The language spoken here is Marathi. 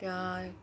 त्या